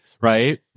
right